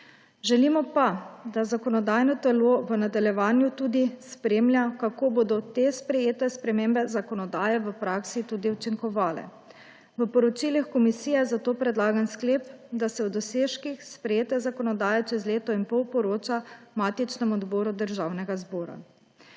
Želimo pa, da zakonodajno telo v nadaljevanju tudi spremlja, kako bodo te sprejete spremembe zakonodaje v praksi tudi učinkovale. V poročilu komisije je zato predlagan sklep, da se o dosežkih sprejete zakonodaje čez leto in pol poroča matičnemu odboru Državnega zbora.